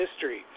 history